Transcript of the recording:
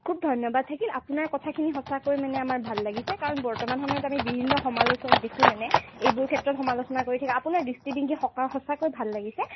খুব ধন্যবাদ থাকিল আপোনাৰ কথাখিনি সঁচাকৈ মানে আমাৰ ভাল লাগিছে কাৰণ বৰ্তমান সময়ত আমি বিভিন্ন সমালোচক দেখোঁ মানে এইবোৰ ক্ষেত্ৰত সমালোচনা কৰি থাকে আপোনাৰ দৃষ্টিভংগী সঁচাকৈ ভাল লাগিছে